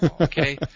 Okay